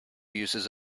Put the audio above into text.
uses